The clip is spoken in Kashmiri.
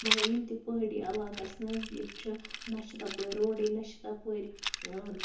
مَگَر یِم تہِ پہٲڑی علاقہٕ اَسہِ نَزدیٖک چھِ نہ چھِ تَپٲرۍ روڈٕے نہ چھِ تَپٲرۍ